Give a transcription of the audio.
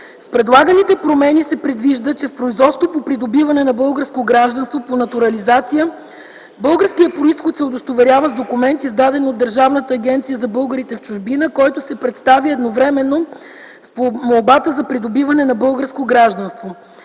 С предлаганите промени се предвижда, че в производството по придобиване на българско гражданство по натурализация българският произход се удостоверява с документ, издаден от Държавната агенция за българите в чужбина, който се представя едновременно с молбата за придобиване на българско гражданство.